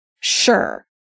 Sure